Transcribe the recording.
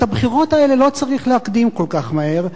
הבחירות האלה לא צריכים להקדים כל כך מהר,